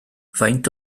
faint